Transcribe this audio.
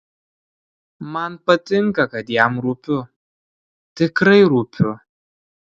man patinka kad jam rūpiu tikrai rūpiu